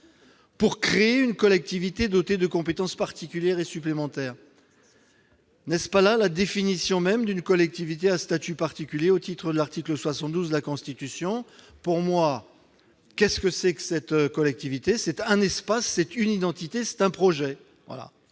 pour créer une collectivité dotée de compétences particulières et supplémentaires. » N'est-ce pas la définition même d'une collectivité à statut particulier au sens de l'article 72 de la Constitution ? Pour moi, cette collectivité, c'est un espace, c'est une identité, c'est un projet. Par